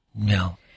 No